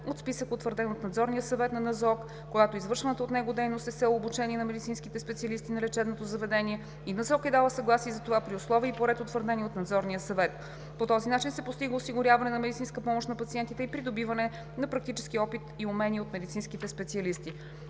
от списък, утвърден от Надзорния съвет на НЗОК, когато извършваната от него дейност е с цел обучение на медицинските специалисти на лечебното заведение и НЗОК е дала съгласие за това при условия и по ред, утвърдени от Надзорния съвет. По този начин се постига осигуряване на медицинска помощ на пациентите и придобиване на практически опит и умения от медицинските специалисти.